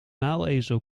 muilezel